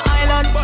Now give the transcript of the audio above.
island